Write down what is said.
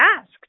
asked